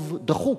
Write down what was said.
ברוב דחוק,